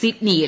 സിഡ്നിയിൽ